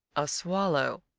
a swallow,